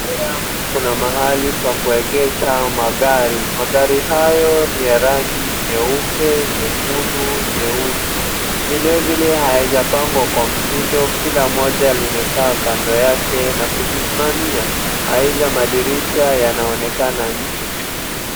Kuna mahali pa kuegesha magari. Magari hayo ni ya rangi nyeupe, nyekundu, nyeusi. Vilevile hayajapangwa kwa mtindo kila moja limekaa kando yake na kujisimamia. Aidha madirisha yanaonekana nje.